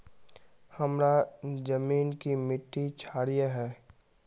हमार जमीन की मिट्टी क्षारीय है?